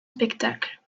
spectacle